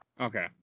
Okay